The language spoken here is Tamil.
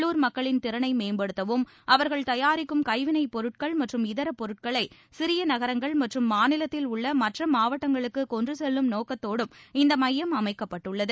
உள்ளுர் மக்களின் திறனை மேம்படுத்தவும் அவர்கள் தயாரிக்கும் கைவினைப்பொருட்கள் மற்றும் இதர பொருட்களை சிறிய நகரங்கள் மற்றும் மாநிலத்தில் உள்ள மற்ற மாவட்டங்களுக்கு கொண்டுசெல்லும் நோக்கத்தோடு இந்த மையம் அமைக்கப்பட்டுள்ளது